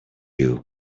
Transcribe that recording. you